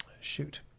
shoot